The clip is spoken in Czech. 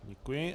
Děkuji.